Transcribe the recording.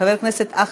חברת הכנסת מיכל בירן,